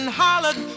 hollered